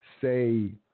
Say